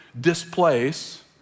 displace